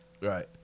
Right